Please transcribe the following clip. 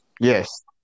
Yes